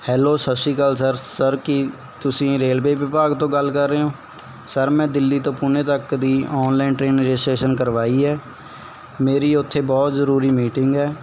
hello ਸਤਿ ਸ਼੍ਰੀ ਅਕਾਲ ਸਰ ਸਰ ਕੀ ਤੁਸੀਂ ਰੇਲਵੇ ਵਿਭਾਗ ਤੋਂ ਗੱਲ ਕਰ ਰਹੇ ਹੋ ਸਰ ਮੈਂ ਦਿੱਲੀ ਤੋਂ ਪੂਨੇ ਤੱਕ ਦੀ ਆਨਲਾਈਨ ਟ੍ਰੇਨ ਰਜਿਸਟਰੇਸ਼ਨ ਕਰਵਾਈ ਹੈ ਮੇਰੀ ਉੱਥੇ ਬਹੁਤ ਜ਼ਰੂਰੀ ਮੀਟਿੰਗ ਹੈ